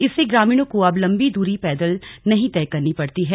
इससे ग्रामीणों को अब लंबी दूरी पैदल नहीं तय करनी पड़ती है